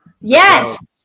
Yes